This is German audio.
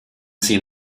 sie